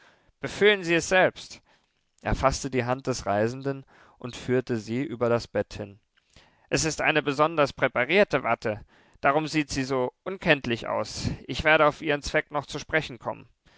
befühlen sie es selbst er faßte die hand des reisenden und führte sie über das bett hin es ist eine besonders präparierte watte darum sieht sie so unkenntlich aus ich werde auf ihren zweck noch zu sprechen kommen